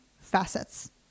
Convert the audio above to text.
facets